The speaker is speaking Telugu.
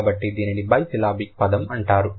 కాబట్టి దీనిని బైసిలాబిక్ పదం అంటారు